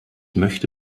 möchte